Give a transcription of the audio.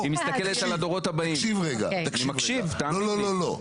נאור, תקשיב רגע, לא, לא.